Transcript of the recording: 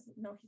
no